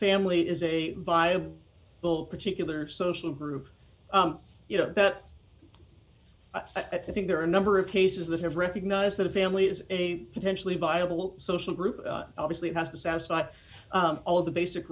family is a bio will particular social group you know that i think there are a number of cases that have recognized that a family is a potentially viable social group obviously has to satisfy all of the basic